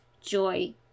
joy